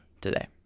today